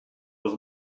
was